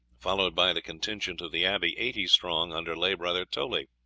followed by the contingent of the abbey, eighty strong, under lay brother toley.